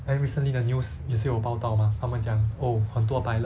then recently the news 也是有报道 mah 他们讲 oh 很多 pilot